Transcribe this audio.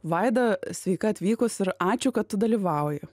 vaida sveika atvykus ir ačiū kad tu dalyvauji